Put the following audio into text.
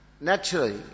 Naturally